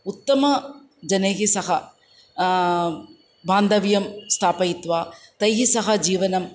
उत्तमजनैः सह बान्धव्यं स्थापयित्वा तैः सह जीवनम्